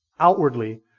outwardly